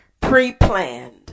pre-planned